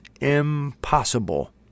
impossible